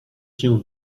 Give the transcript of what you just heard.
się